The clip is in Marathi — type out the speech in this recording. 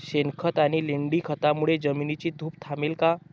शेणखत आणि लेंडी खतांमुळे जमिनीची धूप थांबेल का?